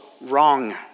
wrong